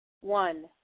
One